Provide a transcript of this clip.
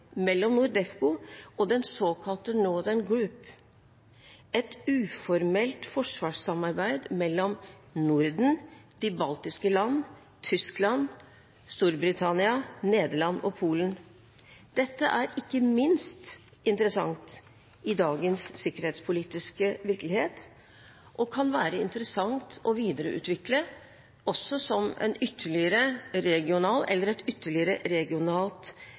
mellom NORDEFCO og den såkalte Northern Group, et uformelt forsvarssamarbeid mellom Norden, de baltiske land, Tyskland, Storbritannia, Nederland og Polen. Dette er ikke minst interessant i dagens sikkerhetspolitiske virkelighet, og kan være interessant å videreutvikle også som et ytterligere